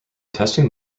testing